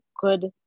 good